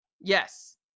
Yes